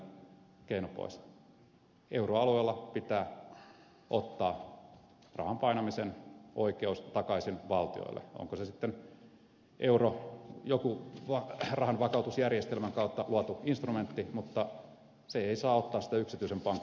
euroalueella pitää ottaa rahan painamisen oikeus takaisin valtioille onko se sitten joku rahanvakautusjärjestelmän kautta luotu instrumentti mutta sitä rahaa ei saa ottaa yksityisen pankkijärjestelmän kautta